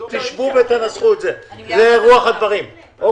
התשפ"א 2021,